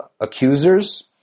accusers